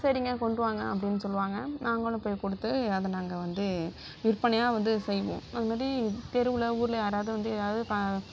சரிங்க கொண்டு வாங்க அப்படினு சொல்லுவாங்க நாங்களும் போ கொடுத்து அதை நாங்கள் வந்து விற்பனையாக வந்து செய்வோம் அதுமாதிரி தெருவில் ஊர்ல யாராவது வந்து எதாவது